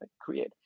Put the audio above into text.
create